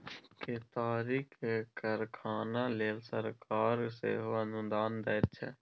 केतारीक कारखाना लेल सरकार सेहो अनुदान दैत छै